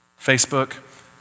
Facebook